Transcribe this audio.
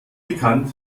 bekannt